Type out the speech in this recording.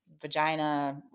vagina